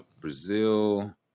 Brazil